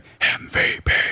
MVP